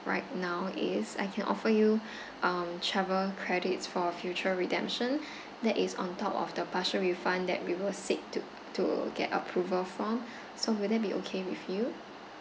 right now is I can offer you um travel credits for future redemption that is on top of the partial refund that we will seek to to get approval from so will that be okay with you